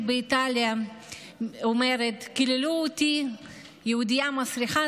באיטליה אומרת: קיללו אותי יהודייה מסריחה,